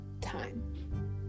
Time